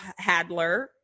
Hadler